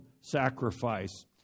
sacrifice